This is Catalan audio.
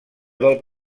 del